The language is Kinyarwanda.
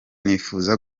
nifuza